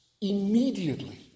immediately